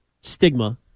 stigma